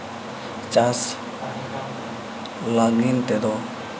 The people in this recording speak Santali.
ᱪᱟᱥ ᱞᱟᱹᱜᱤᱫ ᱛᱮᱫᱚ